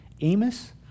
Amos